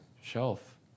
shelf